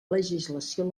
legislació